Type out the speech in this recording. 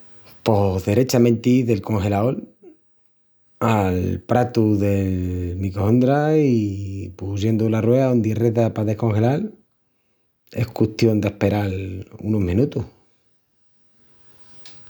Pos derechamenti del congelaol al pratu del micohondra i pusiendu la ruea ondi reza pa descongelal, es custión d'asperal unus menutus.